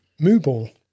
Mooball